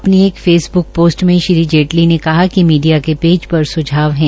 अपनी एक Facebook post में श्री जेटली ने कहा कि मीडिया पेज पर सुझाव है